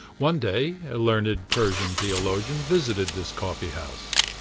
one day a learned persian theologian visited this coffee-house.